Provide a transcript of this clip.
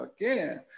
again